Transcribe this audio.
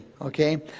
Okay